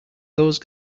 those